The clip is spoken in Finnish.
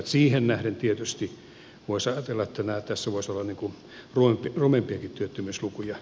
siihen nähden tietysti voisi ajatella että tässä voisi olla rumempiakin työttömyyslukuja